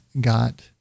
got